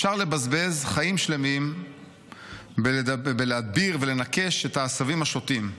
אפשר לבזבז חיים שלמים בלהדביר ולנכש את העשבים השוטים.